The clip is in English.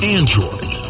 Android